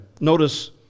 notice